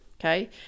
okay